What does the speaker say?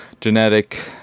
genetic